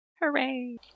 Hooray